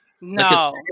No